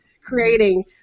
creating